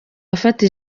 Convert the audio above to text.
afata